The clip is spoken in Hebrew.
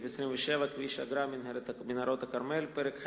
סעיף 27 (כביש אגרה (מנהרות הכרמל)); פרק ח',